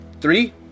three